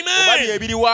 Amen